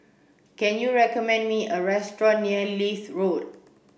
can you recommend me a restaurant near Leith Road